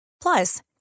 Plus